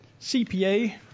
CPA